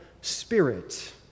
spirit